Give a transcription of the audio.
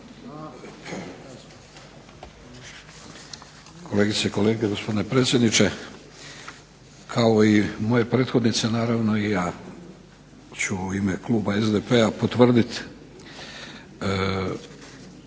Kolegice i kolege, gospodine predsjedniče kao i moje prethodnice naravno i ja ću u ime kluba SDP-a potvrditi